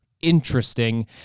interesting